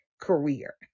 career